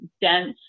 dense